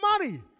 money